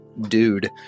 dude